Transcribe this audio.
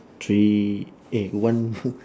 three eh one